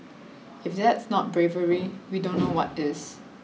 if that's not bravery we don't know what is